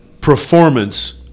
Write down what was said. performance